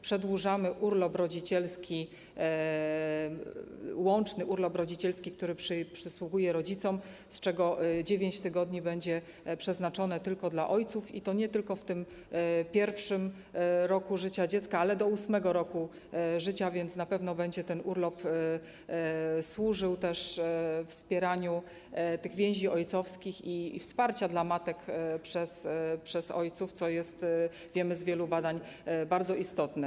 Przedłużamy łączny urlop rodzicielski, który przysługuje rodzicom, z czego 9 tygodni będzie przeznaczone tylko dla ojców, i to nie tylko w tym 1. roku życia dziecka, ale do 8. roku życia, więc na pewno będzie ten urlop służył też wspieraniu tych więzi ojcowskich i wsparciu dla matek przez ojców, co jest, jak wiemy z wielu badań, bardzo istotne.